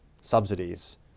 subsidies